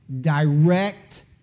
direct